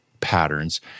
patterns